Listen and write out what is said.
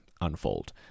unfold